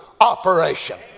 operation